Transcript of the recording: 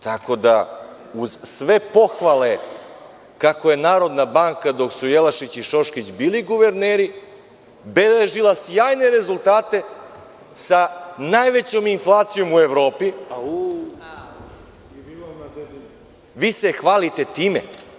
Tako da uz sve pohvale kako je Narodna banka dok su Jelašić i Šoškić bili guverneri beležila sjajne rezultate sa najvećom inflacijom u Evropi, vi se hvalite time.